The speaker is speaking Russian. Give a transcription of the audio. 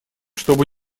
чтобы